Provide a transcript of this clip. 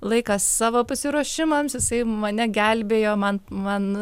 laiką savo pasiruošimams jisai mane gelbėjo man man